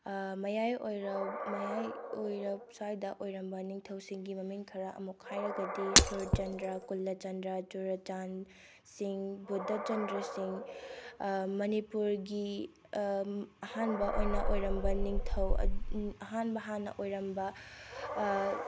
ꯃꯌꯥꯏ ꯑꯣꯏꯔꯞ ꯃꯌꯥꯏ ꯑꯣꯏꯔꯞ ꯁ꯭ꯋꯥꯏꯗ ꯑꯣꯏꯔꯝꯕ ꯅꯤꯡꯊꯧꯁꯤꯡꯒꯤ ꯃꯃꯤꯡ ꯈꯔ ꯑꯃꯨꯛ ꯍꯥꯏꯔꯒꯗꯤ ꯁꯨꯔꯆꯟꯗ꯭ꯔ ꯀꯨꯜꯂꯆꯟꯗ꯭ꯔ ꯆꯨꯔꯆꯥꯟ ꯁꯤꯡ ꯕꯨꯙꯆꯟꯗ꯭ꯔ ꯁꯤꯡ ꯃꯅꯤꯄꯨꯔꯒꯤ ꯑꯍꯥꯟꯕ ꯑꯣꯏꯅ ꯑꯣꯏꯔꯝꯕ ꯅꯤꯡꯊꯧ ꯑꯍꯥꯟꯕ ꯍꯥꯟꯅ ꯑꯣꯏꯔꯝꯕ